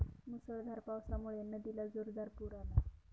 मुसळधार पावसामुळे नदीला जोरदार पूर आला